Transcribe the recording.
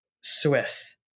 Swiss